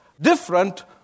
different